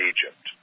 Egypt